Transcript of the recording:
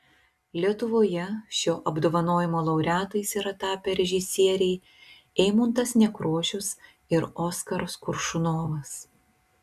lietuvoje šio apdovanojimo laureatais yra tapę režisieriai eimuntas nekrošius ir oskaras koršunovas